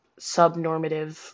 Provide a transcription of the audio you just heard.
subnormative